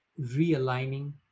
realigning